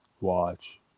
watch